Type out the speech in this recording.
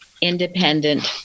Independent